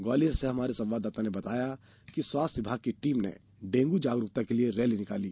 ग्वालियर से हमारे संवाददाता ने बताया है कि स्वास्थ्य विभाग की टीम ने डेंगू जागरूकता के लिए रैली निकाली